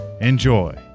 Enjoy